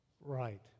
Right